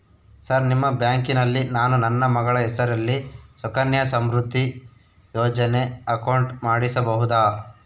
Sir ನಿಮ್ಮ ಬ್ಯಾಂಕಿನಲ್ಲಿ ನಾನು ನನ್ನ ಮಗಳ ಹೆಸರಲ್ಲಿ ಸುಕನ್ಯಾ ಸಮೃದ್ಧಿ ಯೋಜನೆ ಅಕೌಂಟ್ ಮಾಡಿಸಬಹುದಾ?